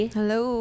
hello